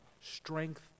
Strength